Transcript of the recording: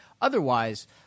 otherwise